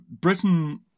Britain